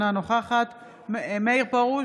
אינה נוכחת מאיר פרוש,